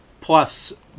Plus